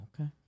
okay